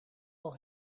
wel